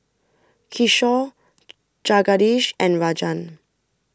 Kishore Jagadish and Rajan